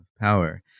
power